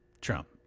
Trump